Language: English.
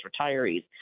retirees